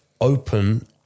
open